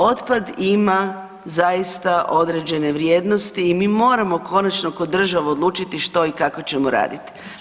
Otpad ima zaista određene vrijednosti i mi moramo konačno ko država odlučiti što i kako ćemo radit.